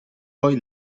poi